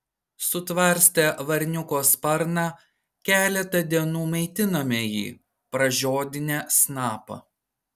sutvarstę varniuko sparną keletą dienų maitinome jį pražiodinę snapą